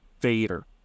Vader